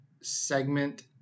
segment